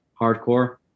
hardcore